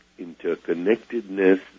interconnectedness